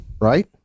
right